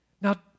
Now